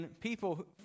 people